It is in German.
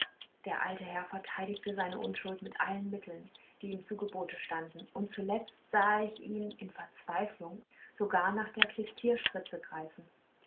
der alte herr verteidigte seine unschuld mit allen mitteln die ihm zu gebote standen und zuletzt sah ich ihn in verzweiflung sogar nach der klistierspritze greifen